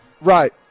Right